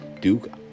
Duke